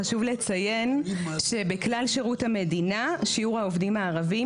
חשוב לציין שבכלל שירות המדינה שירות העובדים הערביים,